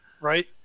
right